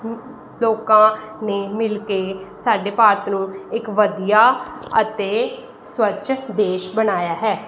ਲੋਕਾਂ ਨੇ ਮਿਲ ਕੇ ਸਾਡੇ ਭਾਰਤ ਨੂੰ ਇੱਕ ਵਧੀਆ ਅਤੇ ਸਵੱਛ ਦੇਸ਼ ਬਣਾਇਆ ਹੈ